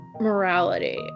morality